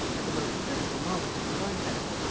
at the most critical moment of the contest,